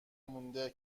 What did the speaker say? مونده